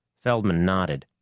feldman nodded.